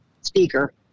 speaker